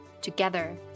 together